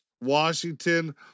Washington